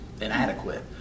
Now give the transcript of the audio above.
inadequate